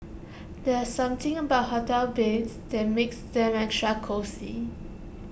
there's something about hotel beds that makes them extra cosy